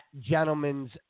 gentleman's